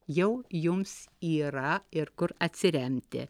jau jums yra ir kur atsiremti